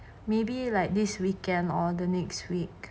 maybe like this weekend or the next week